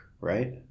right